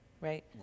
right